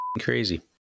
crazy